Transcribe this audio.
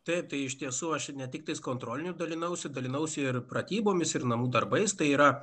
taip tai iš tiesų aš ne tik tais kontrolinių dalinausi dalinausi ir pratybomis ir namų darbais tai yra